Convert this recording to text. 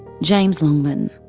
james longman.